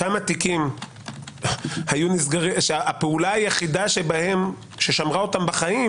כמה תיקים שהפעולה היחידה ששמרה אותם בחיים